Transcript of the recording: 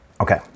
Okay